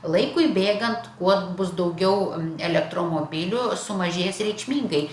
laikui bėgant kuo bus daugiau elektromobilių sumažės reikšmingai